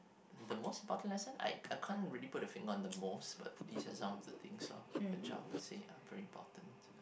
the most important lesson I I can't really put a finger on the most but these are some of the things loh which i would say are very important